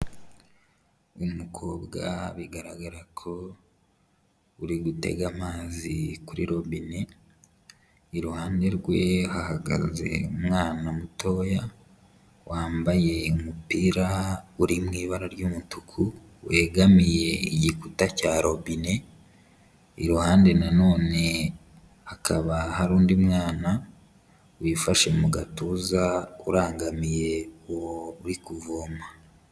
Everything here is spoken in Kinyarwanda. Umukobwa bigaragara ko uri gutega amazi kuri robine, iruhande rwe hahagaze umwana mutoya, wambaye umupira uri mu ibara ry'umutuku wegamiye igikuta cya robine, iruhande nanone hakaba hari undi mwana wifashe mu gatuza urangamiye uwo uri kuvoma.